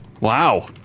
Wow